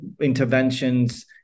interventions